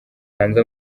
hanze